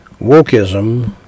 wokeism